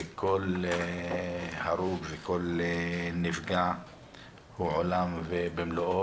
וכל הרוג וכל נפגע הוא עולם ומלואו,